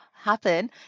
Happen